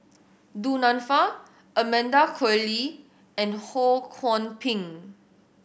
Du Nanfa Amanda Koe Lee and Ho Kwon Ping